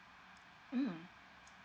mm